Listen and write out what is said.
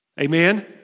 Amen